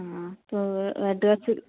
હં તો એડ્રેસ